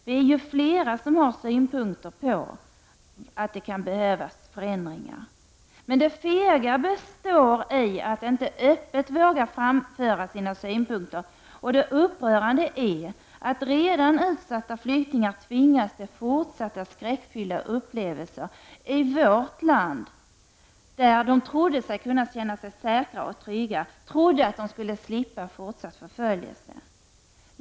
Vi är ju flera som har synpunkter på vad som kan behöva förändras. Men det fega består i att inte öppet våga framföra sina synpunkter och det upprörande är att redan utsatta flyktingar tvingas till fortsatta skräckfyllda upplevelser i vårt land, där de trodde de kunde känna sig trygga och slippa fortsatt förföljelse.